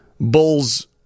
Bulls